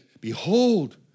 Behold